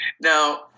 Now